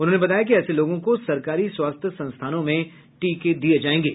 उन्होंने बताया कि ऐसे लोगों को सरकारी स्वास्थ्य संस्थानों में टीके दिये जायेंगे